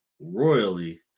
royally